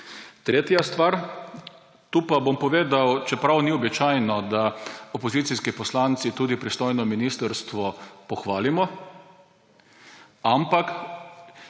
Tretja stvar. Tu bom pa povedal, čeprav ni običajno, da opozicijski poslanci pristojno ministrstvo tudi pohvalimo. Ampak